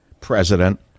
president